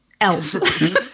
else